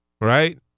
Right